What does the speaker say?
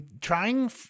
trying